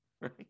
right